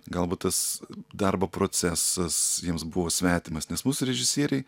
galbūt tas darbo procesas jiems buvo svetimas nes mūsų režisieriai